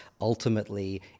ultimately